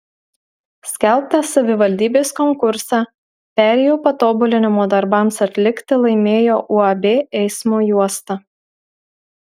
skelbtą savivaldybės konkursą perėjų patobulinimo darbams atlikti laimėjo uab eismo juosta